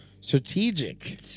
strategic